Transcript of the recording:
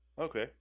Okay